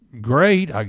great